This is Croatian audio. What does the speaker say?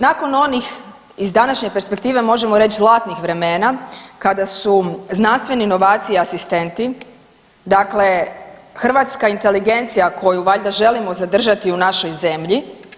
Nakon onih iz današnje perspektive možemo reći, zlatnih vremena kada su znanstveni novaci i asistenti, dakle hrvatska inteligencija koju valjda želimo zadržati u našoj zemlji.